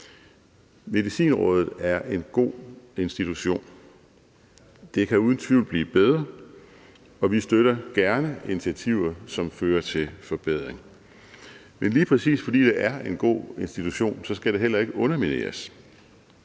Medicinrådet er en god institution. Den kan uden tvivl blive bedre, og vi støtter gerne initiativer, som fører til forbedringer, men lige præcis fordi det er en god institution, skal den heller ikke undermineres,